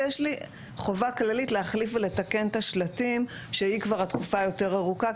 ויש לי חובה כללית להחליף ולתקן את השלטים שהיא כבר התקופה היותר ארוכה,